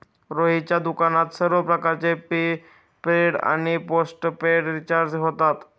रोहितच्या दुकानात सर्व प्रकारचे प्रीपेड आणि पोस्टपेड रिचार्ज होतात